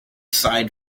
side